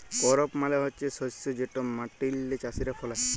করপ মালে হছে শস্য যেট মাটিল্লে চাষীরা ফলায়